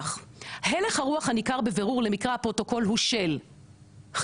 "הלך הרוח הניכר בבירור למקרה הפרוטוקול הוא של חיפזון,